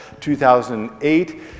2008